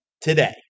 today